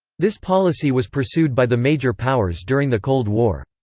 this policy was pursued by the major powers during the cold war.